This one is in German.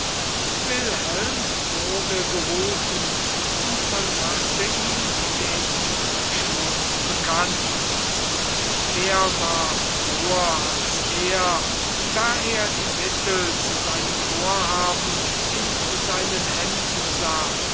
wilhelm wurde gerufen und man machte ihm den entschluß bekannt wer war froher als er da er die mittel zu seinem vorhaben in seinen händen sah